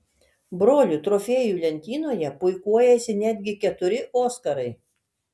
brolių trofėjų lentynoje puikuojasi netgi keturi oskarai